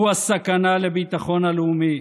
הוא הסכנה לביטחון הלאומי.